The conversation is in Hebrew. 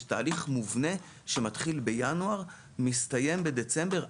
זה תהליך מובנה שמתחיל בינואר ומסתיים בדצמבר.